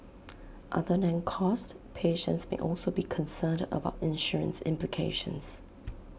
other than cost patients may also be concerned about insurance implications